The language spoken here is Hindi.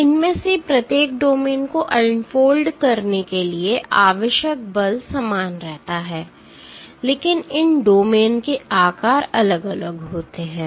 इनमें से प्रत्येक डोमेन को अनफोल्ड करने के लिए आवश्यक बल समान रहता है लेकिन इन डोमेन के आकार अलग अलग होते हैं